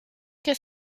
que